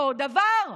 אותו דבר,